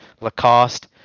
lacoste